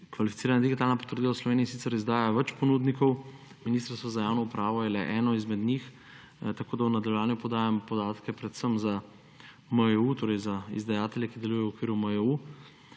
Kvalificirana digitalna potrdila v Sloveniji sicer izdaja več ponudnikov, Ministrstvo za javno upravo le eden izmed njih, tako da v nadaljevanju podajam podatke predvsem za MJU, torej za izdajatelje, ki delujejo v okviru MJU.